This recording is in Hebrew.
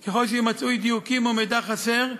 כי ככל שיימצאו אי-דיוקים או מידע חסר,